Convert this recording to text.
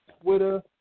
Twitter